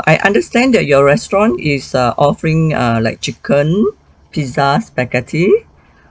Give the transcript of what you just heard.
I understand there your restaurant is err offering err like chicken pizza spaghetti